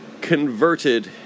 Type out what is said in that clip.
converted